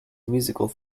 musical